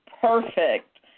perfect